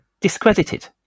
discredited